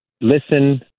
Listen